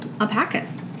alpacas